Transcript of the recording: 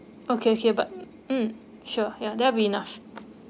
okay okay but um sure there'll be enough